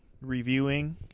reviewing